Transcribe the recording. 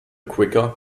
quicker